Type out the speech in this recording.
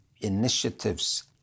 initiatives